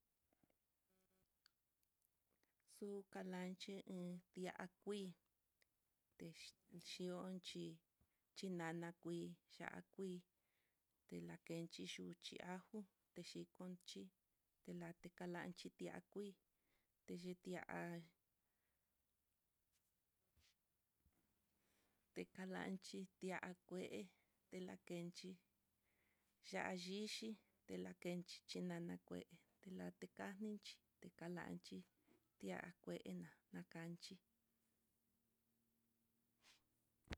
Xuu kalanchi 'á, kuii té xhionchí chí chinana kuii, ya'á kuii télakenchi yuchi ajo techi konchí tela kalanchi ya'á kuii, techiti'á te kalanchi to'á kué te lakenchi ya'á yichí telakenchi chinana kué telate kaninchí kalanchi ti'á kuena, lakanchí.